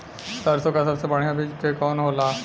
सरसों क सबसे बढ़िया बिज के कवन होला?